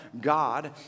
God